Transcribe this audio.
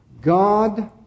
God